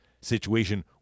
situation